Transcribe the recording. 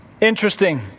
Interesting